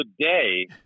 today